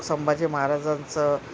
संभाजी महाराजांचं